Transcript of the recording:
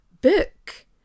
book